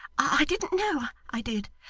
i didn't know i did.